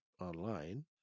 online